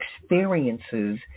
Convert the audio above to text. experiences